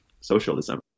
socialism